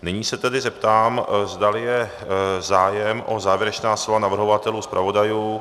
Nyní se tedy zeptám, zdali je zájem o závěrečná slova navrhovatelů, zpravodajů.